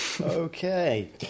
Okay